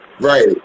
Right